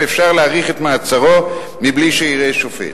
אפשר להאריך את מעצרו מבלי שיראה שופט.